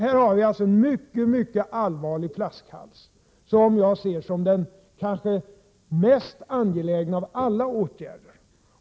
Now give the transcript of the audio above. Här har vi alltså en mycket allvarlig flaskhals, som jag ser som det kanske mest angelägna att åtgärda.